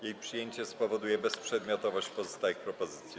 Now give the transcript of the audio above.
Jej przyjęcie spowoduje bezprzedmiotowość pozostałych propozycji.